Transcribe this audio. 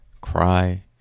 cry